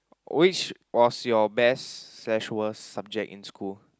which was your best slash worst subject in school